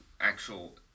actual